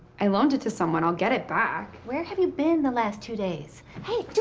i loaned it to someone. i'll get it back. where have you been the last two days? hey,